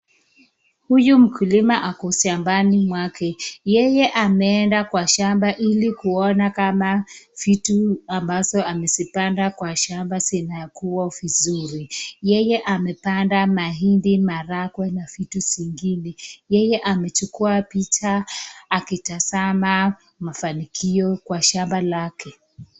Huyu mkulima ako shambani mwake. Yeye ameenda kwa shamba ili kuona kwamba vitu ambazo amezipanda kwa shamba zinakua vizuri. Yeye amepanda mahindi ,maharagwe na vitu zingine. Yeye amechukua picha akitazama mafanikio kwa shamba lake.